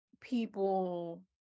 people